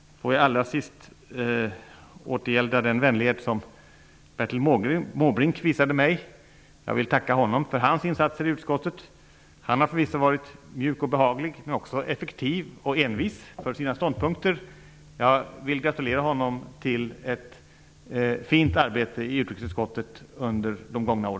Jag vill allra sist återgälda den vänlighet som Bertil Måbrink visade mig. Jag vill tacka honom för hans insatser i utskottet. Han har förvisso varit mjuk och behaglig, men också effektiv och envis i sina ståndpunkter. Jag vill gratulera honom till ett fint arbete i utrikesutskottet under de gångna åren.